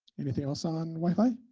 anything else on wi-fi?